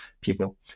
people